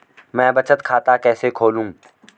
मैं बचत खाता कैसे खोलूँ?